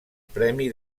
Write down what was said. premi